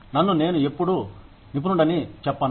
నన్ను నేను ఎప్పుడు నిపుణుడని చెప్పను